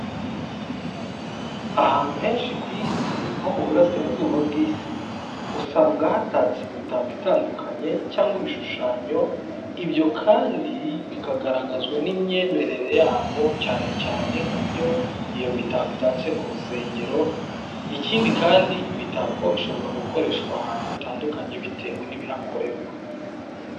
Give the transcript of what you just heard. Ahantu henshi ku Isi nko mu Burasirazuba bw'Isi usanga hatatse imitako itandukanye cyangwa ibishushanyo, ibyo kandi bikagaragazwa n'imyemerere yabo, cyane cyane nk'iyo iyo mitako itatse kunsengero. Ikindi kandi imitako ishobora gukoreshwa ahantu hatandukanye bitewe n'ibihakorerwa.